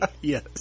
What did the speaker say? Yes